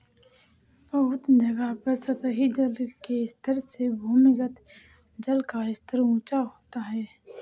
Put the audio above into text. बहुत जगहों पर सतही जल के स्तर से भूमिगत जल का स्तर ऊँचा होता है